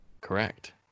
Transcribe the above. Correct